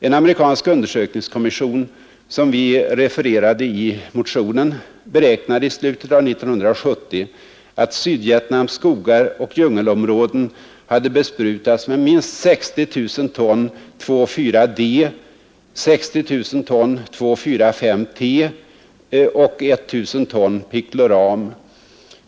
En amerikansk undersökningskommission, som vi refererar till i motionen, beräknade i slutet av 1970 att Sydvietnams skogar och djungelområden hade besprutats med minst 60 000 ton 2,4-D, 60 000 ton 2,4,5-T och 1000 ton picloram.